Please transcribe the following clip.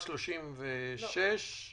13:36,